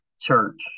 church